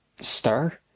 stir